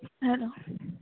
hello